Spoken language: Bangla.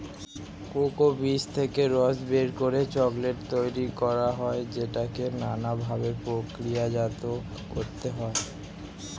কোকো বীজ থেকে রস বের করে চকোলেট তৈরি করা হয় যেটাকে নানা ভাবে প্রক্রিয়াজাত করতে হয়